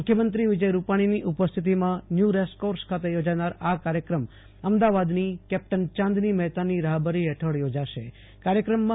મુખ્યમંત્રી વિજય રૂપાણીની ઉપસ્થિતમાં ન્યુ રેસકોર્ષ ખાતે યોજાનાર આ કાર્યક્રમ અમદાવાદની કેપ્ટન ચાંદની મહેતાની રાહબરી હેઠળ થોજાશેકાર્યક્રમમાં